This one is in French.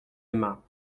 aima